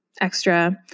extra